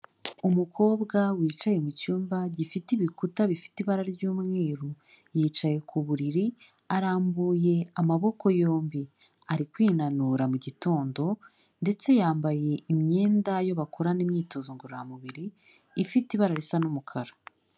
Umukobwa wicaye mu cyumba gifite ibikuta bifite ibara ry'umweru, yicaye ku buriri arambuye amaboko yombi, ari kwinanura mu gitondo ndetse yambaye imyenda, iyo bakorana imyitozo ngororamubiri, ifite ibara risa n'umukara.